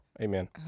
Amen